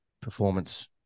performance